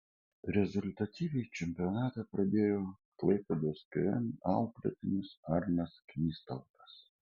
rezultatyviai čempionatą pradėjo klaipėdos km auklėtinis arnas knystautas